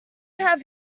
have